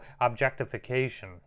objectification